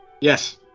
Yes